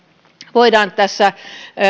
voidaan tässä